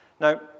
Now